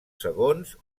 segons